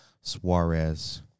Suarez